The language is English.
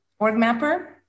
OrgMapper